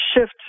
shift